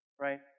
right